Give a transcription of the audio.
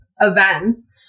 events